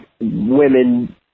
women